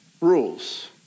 rules